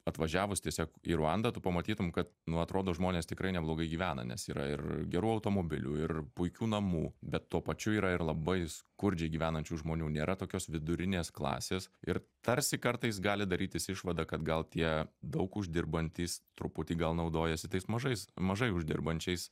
atvažiavus tiesiog į ruandą tu pamatytum kad nu atrodo žmonės tikrai neblogai gyvena nes yra ir gerų automobilių ir puikių namų bet tuo pačiu yra ir labai skurdžiai gyvenančių žmonių nėra tokios vidurinės klasės ir tarsi kartais gali darytis išvada kad gal tie daug uždirbantys truputį gal naudojasi tais mažais mažai uždirbančiais